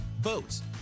boats